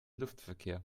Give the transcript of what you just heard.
luftverkehr